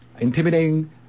intimidating